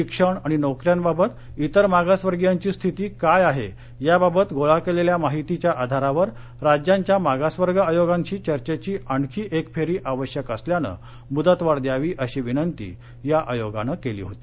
शिक्षण आणि नोकऱ्यांबाबत ा वेर मागासवर्गियांची स्थिती काय आहे याबाबत गोळा केलेल्या माहितीच्या आधारावर राज्यांच्या मागासवर्ग आयोगांशी चर्चेची आणखी एक फेरी आवश्यक असल्यानं मुदतवाढ द्यावी अशी विनंती या आयोगानं केली होती